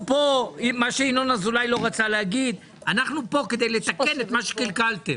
מה שינון אזולאי לא רצה להגיד זה שאנחנו כאן כדי לתקן את מה שקלקלתם.